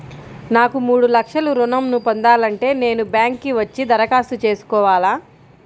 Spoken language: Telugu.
నాకు మూడు లక్షలు ఋణం ను పొందాలంటే నేను బ్యాంక్కి వచ్చి దరఖాస్తు చేసుకోవాలా?